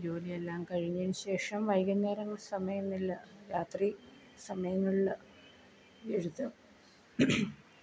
ജോലിയെല്ലാം കഴിഞ്ഞതിന് ശേഷം വൈകുന്നേരം സമയമില്ല രാത്രി സമയങ്ങളിൽ എഴുതും